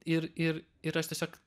ir ir ir aš tiesiog